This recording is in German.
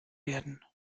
werden